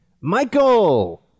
Michael